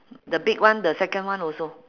the big one the second one also